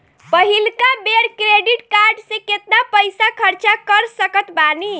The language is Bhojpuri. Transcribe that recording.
पहिलका बेर क्रेडिट कार्ड से केतना पईसा खर्चा कर सकत बानी?